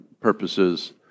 purposes